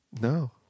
No